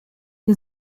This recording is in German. wir